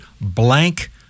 blank